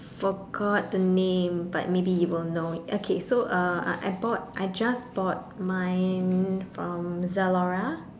forgot the name but maybe you will know it okay so uh I bought I just bought mine from Zalora